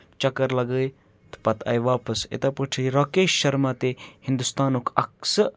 چَکَر لَگٲوِتھ تہٕ پَتہٕ آے واپَس اِتھے پٲٹھۍ چھِ راکیش شَرما تہِ ہِندوستانُک اَکھ سُہ